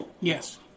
Yes